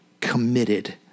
committed